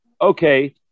okay